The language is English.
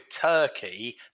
turkey